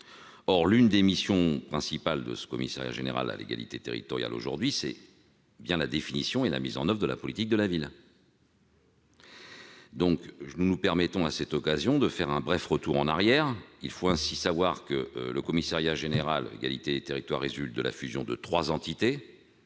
Or, parmi les missions principales de ce commissariat général à l'égalité des territoires, aujourd'hui, figure bien la définition et la mise en oeuvre de la politique de la ville. Nous nous permettons à cette occasion de faire un bref retour en arrière. Il faut savoir que le commissariat général à l'égalité des territoires résulte de la fusion de trois entités